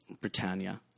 Britannia